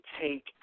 take